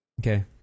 okay